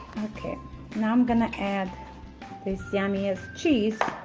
okay now i'm gonna add this yummiest cheese